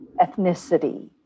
ethnicity